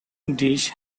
dish